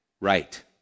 Right